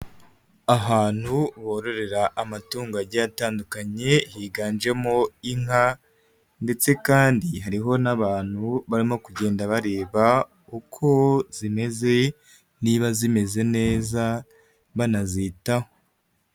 Ahantu bororera amatungo agiye atandukanye, higanjemo inka ndetse kandi hariho n'abantu barimo kugenda bareba uko zimeze niba zimeze neza banazitaho.